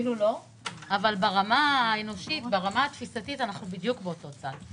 אבל ברמה האנושית ובתפיסה אנחנו בדיוק באותו צד.